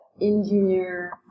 engineer